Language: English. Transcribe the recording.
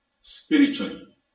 spiritually